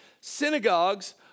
synagogues